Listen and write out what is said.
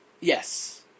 Yes